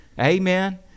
amen